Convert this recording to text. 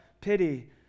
pity